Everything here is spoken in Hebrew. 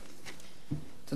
השר דניאל הרשקוביץ,